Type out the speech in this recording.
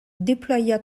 déploya